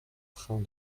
train